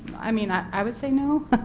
i mean i i would say no.